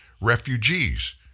refugees